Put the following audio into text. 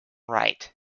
right